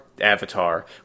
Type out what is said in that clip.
Avatar